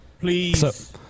Please